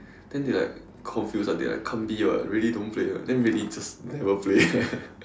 then they like confused like they can't be [what] really don't play then really just never play